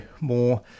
more